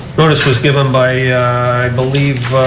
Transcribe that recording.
notice was given by i believe